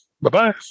Bye-bye